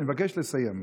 אני מבקש לסיים.